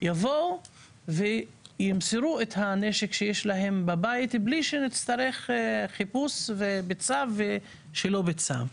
יבואו וימסרו את הנשק שיש להם בבית בלי שנצטרך חיפוש בצו או שלא בצו.